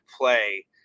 play